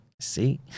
see